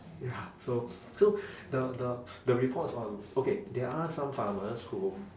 ya so so the the the reports on okay there are some farmers who